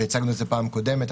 והצגנו את זה בפעם הקודמת,